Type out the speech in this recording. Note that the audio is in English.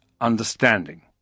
understanding